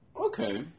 Okay